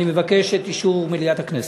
אני מבקש את אישור מליאת הכנסת.